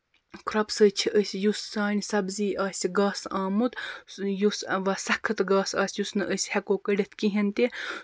کھرٛۅپہٕ سٍتۍ چھِ أسۍ یُس سانہِ سَبزی آسہِ گاسہٕ آمُت یُس سَخت گاسہٕ آسہِ یُس نہٕ أسۍ ہٮ۪کَو کٔڈِتھ کِہیٖنٛۍ تہِ